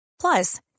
Plus